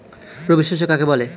রবি শস্য কাকে বলে?